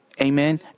amen